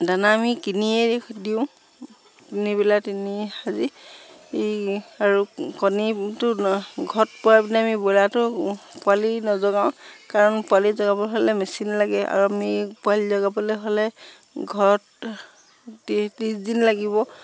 দানা আমি কিনিয়ে দিওঁ তিনিবেলা তিনি সাজি আৰু কণীটো ঘৰত পৰাই পিনে আমি ব্ৰইলাৰটো পোৱালি নজগাওঁ কাৰণ পোৱালি জগাবলৈ হ'লে মেচিন লাগে আৰু আমি পোৱালি জগাবলৈ হ'লে ঘৰত ত্ৰিছ দিন লাগিব